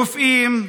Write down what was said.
רופאים.